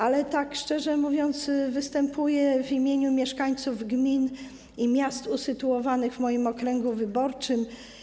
Ale, tak szczerze mówiąc, występuję w imieniu mieszkańców gmin i miast usytuowanych w moim okręgu wyborczym.